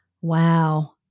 Wow